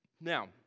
Now